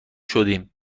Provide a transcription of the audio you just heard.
شدیم